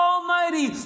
Almighty